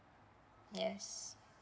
yes